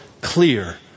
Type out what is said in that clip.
clear